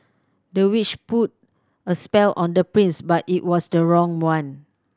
the witch put a spell on the prince but it was the wrong one